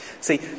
See